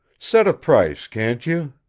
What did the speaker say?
set a price, can't you?